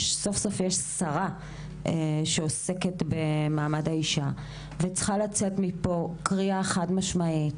סוף סוף יש שרה שעוסקת במעמד האישה וצריכה לצאת מפה קריאה חד משמעית.